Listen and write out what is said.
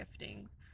giftings